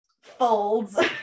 folds